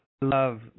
love